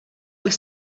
bych